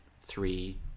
three